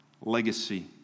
legacy